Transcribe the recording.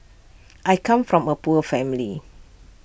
I come from A poor family